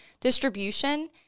distribution